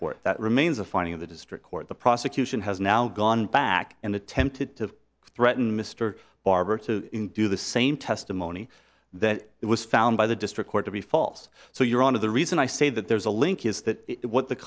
court that remains a finding of the district court the prosecution has now gone back and attempted to threaten mr barber to do the same testimony that it was found by the district court to be false so you're out of the reason i say that there's a link is that what the